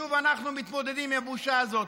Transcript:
שוב אנחנו מתמודדים עם הבושה הזאת.